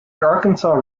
arkansas